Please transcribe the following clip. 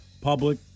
public